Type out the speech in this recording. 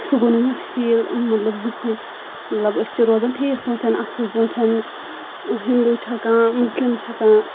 سُہ گوٚو نہٕ مےٚ فیٖل مَطلَب ذٕہٕنۍ مَطلَب أسۍ چھِ روزان ٹھیٖکھ پٲنٛٹھۍ اَصٕل پٲنٛٹھۍ ہِندوٗ چھےٚ کانٛہہ مُسلِم چھےٚ کانٛہہ